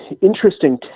interesting